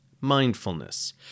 mindfulness